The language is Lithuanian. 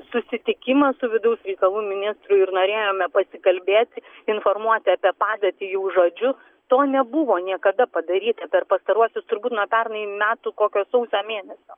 susitikimą su vidaus reikalų ministru ir norėjome pasikalbėti informuoti apie padėtį jau žodžiu to nebuvo niekada padaryta per pastaruosius turbūt nuo pernai metų kokio sausio mėnesio